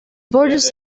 borders